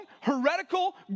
heretical